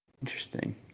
interesting